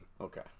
Okay